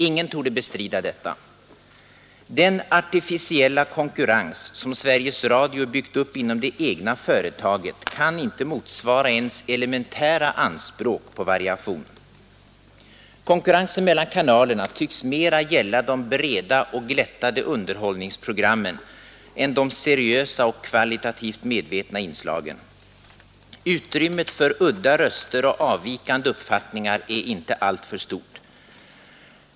Ingen torde bestrida detta. Den artificiella konkurrens som Sveriges Radio byggt upp inom det egna företaget kan inte motsvara ens elementära anspråk på variation. Konkurrensen mellan kanalerna tycks mera gälla de breda och glättade underhållningsprogrammen än de seriösa och kvalitativt medvetna inslagen. Utrymmet för udda röster och avvikande uppfattningar är inte alltför stort.